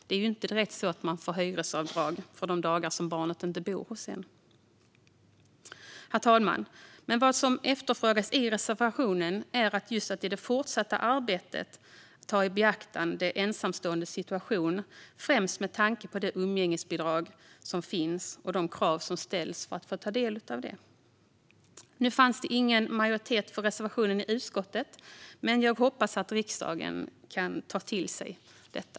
Det är ju inte direkt så att man får hyresavdrag för de dagar som barnet inte bor hos en. Herr talman! Vad som efterfrågas i reservationen är att i det fortsatta arbetet ta i beaktande ensamståendes situation främst med tanke på det umgängesbidrag som finns och de krav som ställs för att ta del av det. Nu fanns det ingen majoritet för reservationen i utskottet, men jag hoppas att riksdagen kan ta till sig detta.